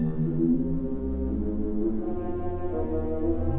or